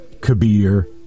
Kabir